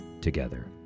together